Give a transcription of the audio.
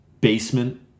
Basement